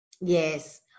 Yes